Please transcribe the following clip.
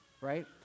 right